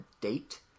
date